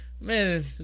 Man